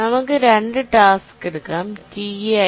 നമുക്ക് 2 ടാസ്ക് എടുക്കാംTi Tk